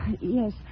yes